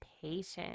patience